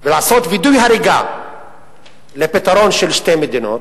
ולעשות וידוא הריגה, לפתרון של שתי מדינות,